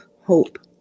hope